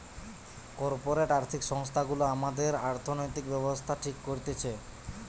corporate আর্থিক সংস্থা গুলা আমাদের অর্থনৈতিক ব্যাবস্থা ঠিক করতেছে